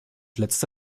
letzte